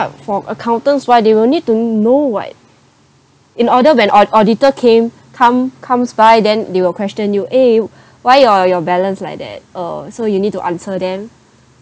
for accountants why they will need to know [what] in order when aud~ auditor came come comes by then they will question you eh why your your balance like that uh so you need to answer them